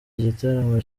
gitaramo